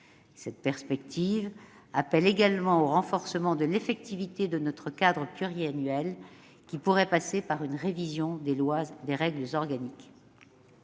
Cette perspective appelle également au renforcement de l'effectivité de notre cadre pluriannuel, qui pourrait passer par une révision des règles organiques.